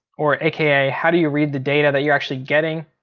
or aka how do you read the data that you're actually getting?